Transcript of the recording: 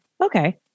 Okay